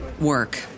work